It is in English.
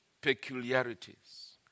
peculiarities